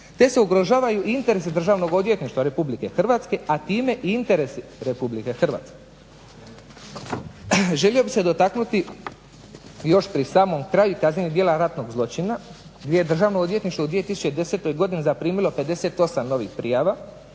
te se ugrožavaju interesi Državnog odvjetništva RH a time i interesi RH. Želio bih se dotaknuti još pri samom kraju kaznenih djela ratnog zločina gdje Državno odvjetništvo u 2010. godini zaprimilo 58 novih prijava.